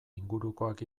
ingurukoak